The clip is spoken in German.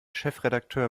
chefredakteur